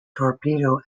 torpedo